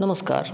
नमस्कार